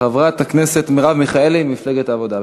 חברת הכנסת מרב מיכאלי ממפלגת העבודה.